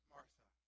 Martha